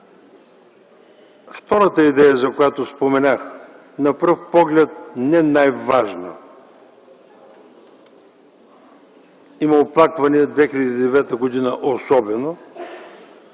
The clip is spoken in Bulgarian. Втората идея, за която споменах, на пръв поглед е най-важна – има оплаквания от граждани, особено